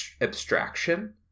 abstraction